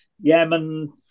Yemen